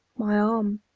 my arm.